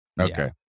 Okay